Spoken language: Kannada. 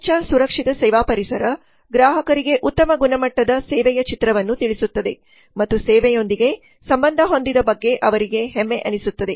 ಸ್ವಚ್ಚ ಸುರಕ್ಷಿತ ಸೇವಾ ಪರಿಸರ ಗ್ರಾಹಕರಿಗೆ ಉತ್ತಮ ಗುಣಮಟ್ಟದ ಸೇವೆಯ ಚಿತ್ರವನ್ನು ತಿಳಿಸುತ್ತದೆ ಮತ್ತು ಸೇವೆಯೊಂದಿಗೆ ಸಂಬಂಧ ಹೊಂದಿದ ಬಗ್ಗೆ ಅವರಿಗೆ ಹೆಮ್ಮೆ ಎನಿಸುತ್ತದೆ